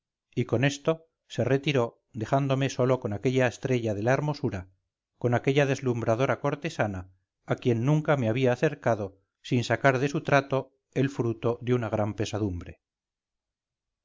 y con esto se retiró dejándome solo con aquella estrella de la hermosura con aquella deslumbradora cortesana a quien nunca me había acercado sin sacar de su trato el fruto de una gran pesadumbre